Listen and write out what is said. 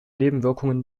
nebenwirkungen